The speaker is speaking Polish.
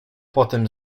potem